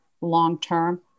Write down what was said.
long-term